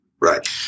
Right